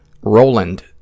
Roland